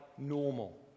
normal